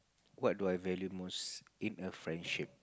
what do I value most in a friendship